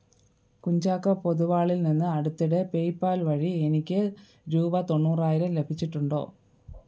കുഞ്ചാക്കോ പൊതുവാളിൽ നിന്ന് അടുത്തിടെ പേയ്പാൽ വഴി എനിക്ക് രൂപ തൊണ്ണൂറായിരം ലഭിച്ചിട്ടുണ്ടോ